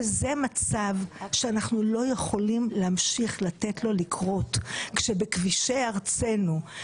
וזה מצב שאנחנו לא יכולים להמשיך לתת לו לקרות כשבכבישי ארצנו,